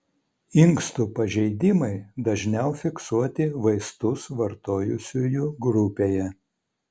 inkstų pažeidimai dažniau fiksuoti vaistus vartojusiųjų grupėje